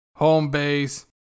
Homebase